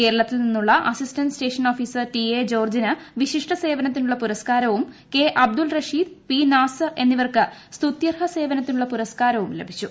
കേരളത്തിൽ നിന്നുള്ള assistant station officer T A ജോർജിന് വിശിഷ്ട സേവനത്തിനുള്ള പുരസ്കാരവും കെ അബ്ദുൾ റഷീദ് പി നാസർ എന്നിവർക്ക് സ്തുത്യർഹ സേവനത്തിനുള്ള പുരസ്കാരവും ലഭിച്ചു